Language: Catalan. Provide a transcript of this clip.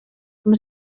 amb